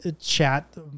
chat